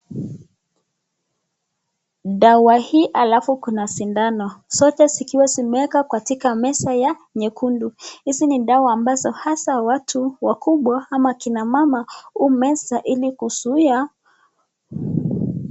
Dawa hii alafu kuna sindano. Zote zikiwa zimewekwa katika meza ya nyekundu. Hizi ni dawa ambazo hasa watu wakubwa ama kina mama humeza ili kuzuia.